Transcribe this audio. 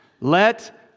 Let